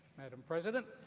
madame president,